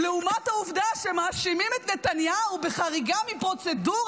לעומת העובדה שמאשימים את נתניהו בחריגה מפרוצדורה,